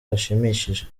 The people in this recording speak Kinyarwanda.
hashimishije